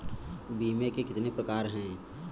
बीमे के कितने प्रकार हैं?